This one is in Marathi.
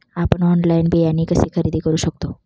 आपण ऑनलाइन बियाणे कसे खरेदी करू शकतो?